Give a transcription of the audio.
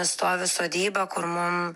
stovi sodyba kur mum